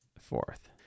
fourth